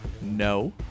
No